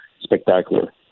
spectacular